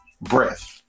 Breath